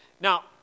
Now